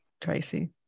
Tracy